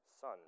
son